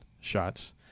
shots